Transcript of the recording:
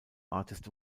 artist